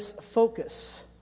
focus